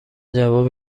جواب